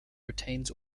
retains